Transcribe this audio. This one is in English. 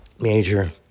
major